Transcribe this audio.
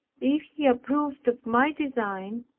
if he approved of my design,